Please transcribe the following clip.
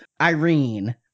Irene